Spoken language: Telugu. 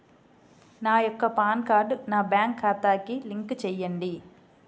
నా యొక్క పాన్ కార్డ్ని నా బ్యాంక్ ఖాతాకి లింక్ చెయ్యండి?